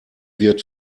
wird